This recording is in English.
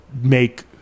make